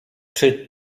czy